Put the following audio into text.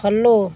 follow